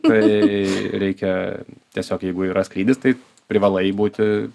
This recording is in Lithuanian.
tai reikia tiesiog jeigu yra skrydis tai privalai būti